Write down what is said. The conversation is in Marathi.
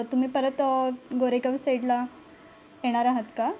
तुम्ही परत गोरेगाव साइडला येणार आहात का